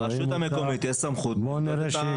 לרשות המקומית יש סמכות לבדוק את הנכס.